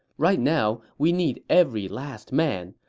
right now, we need every last man.